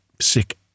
sick